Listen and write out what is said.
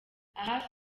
aha